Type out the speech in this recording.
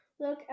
Look